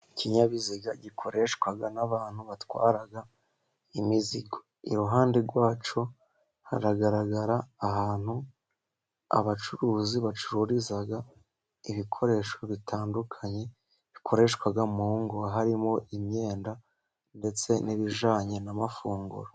Ikinyabiziga gikoreshwa n'abantu batwara imizigo. Iruhande rwacyo haragaragara ahantu abacuruzi bacururiza ibikoresho bitandukanye bikoreshwa mu ngo, harimo imyenda ndetse n'ibijyanye n'amafunguro.